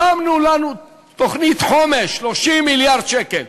שמו לנו תוכנית חומש, 30 מיליארד שקל.